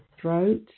throat